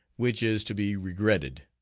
which is to be regretted.